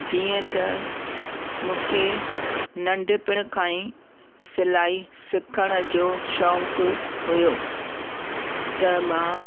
जीअं त मूंखे नंढपण खां ई सिलाई सिखण जो शौक़ु हुओ त मां